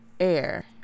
Air